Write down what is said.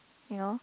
you know